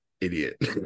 idiot